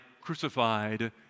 crucified